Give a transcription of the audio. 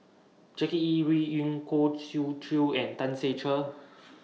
Jackie Yi Ru Ying Khoo Swee Chiow and Tan Ser Cher